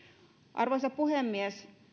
arvoisa puhemies